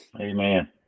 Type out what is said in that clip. Amen